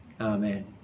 amen